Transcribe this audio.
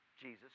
Jesus